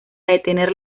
detener